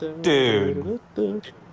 Dude